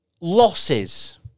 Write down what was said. losses